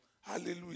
Hallelujah